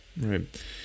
right